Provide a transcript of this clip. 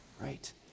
right